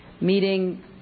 meeting